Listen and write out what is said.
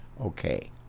Okay